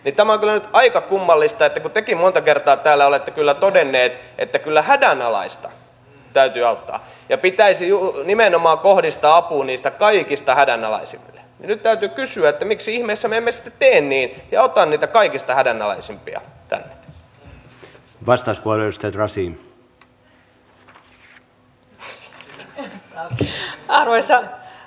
tämä on kyllä nyt aika kummallista että kun tekin monta kertaa täällä olette todenneet että kyllä hädänalaista täytyy auttaa ja pitäisi nimenomaan kohdistaa apu niille kaikista hädänalaisimmille niin nyt täytyy kysyä miksi ihmeessä me emme sitten tee niin ja ota niitä kaikista hädänalaisimpia tänne